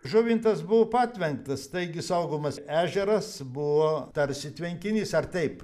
žuvintas buvo patvenktas taigi saugomas ežeras buvo tarsi tvenkinys ar taip